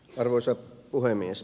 arvoisa puhemies